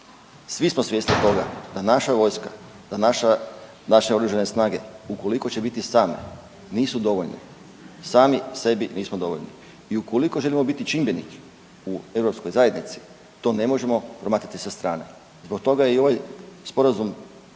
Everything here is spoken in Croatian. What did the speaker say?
Svi smo svjesni toga da naša vojska, da naše OS, ukoliko će biti same, nisu dovoljne. Sami sebi nismo dovoljno i ukoliko želimo biti čimbenik u EU zajednici, to ne možemo promatrati sa strane. Zbog toga je i ovaj Sporazum